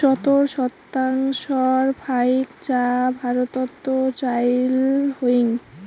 সত্তর শতাংশর ফাইক চা ভারতত চইল হই